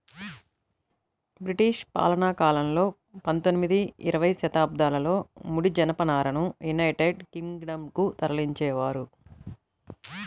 British పాలనాకాలంలో పందొమ్మిది, ఇరవై శతాబ్దాలలో ముడి జనపనారను యునైటెడ్ కింగ్ డం కు తరలించేవారు